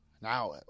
Now